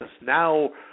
Now